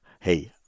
hey